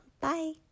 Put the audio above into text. Bye